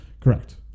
correct